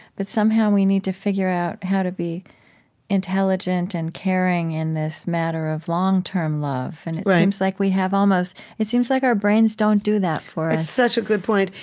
but somehow, we need to figure out how to be intelligent and caring in this matter of long-term love, and it seems like we have almost it seems like our brains don't do that for us it's such a good point,